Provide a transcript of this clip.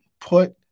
put